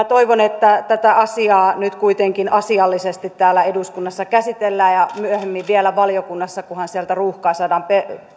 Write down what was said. toivon että tätä asiaa nyt kuitenkin asiallisesti täällä eduskunnassa käsitellään ja myöhemmin vielä valiokunnassa kunhan sieltä ruuhkaa saadaan